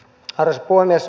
arvoisa puhemies